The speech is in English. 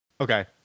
Okay